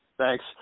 Thanks